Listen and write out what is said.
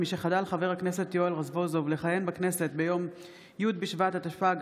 משחדל חבר הכנסת יואל רזבוזוב לכהן בכנסת ביום י' בשבט התשפ"ג,